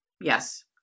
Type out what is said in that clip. Yes